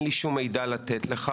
שעל המצב העתידי אין לי שום מידע לתת לך.